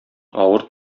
авыр